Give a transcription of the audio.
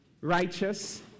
righteous